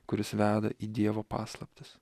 kuris veda į dievo paslaptis